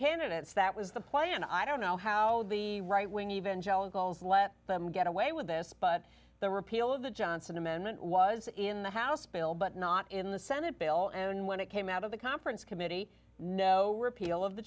candidates that was the point and i don't know how the right wing evangelicals let them get away with this but the repeal of the johnson amendment was in the house bill but not in the senate bill and when it came out of the conference committee no repeal of the